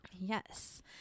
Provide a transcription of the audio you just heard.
Yes